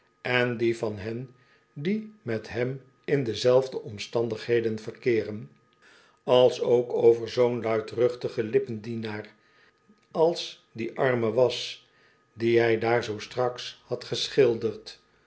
en dien van hen die met hem in dezelfde omstandigheden verkeeren alsook over zoo'n luidruchtigen lippen dienaar als die arme was dien hij daar zoo straks had geschilderd